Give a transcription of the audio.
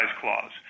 Clause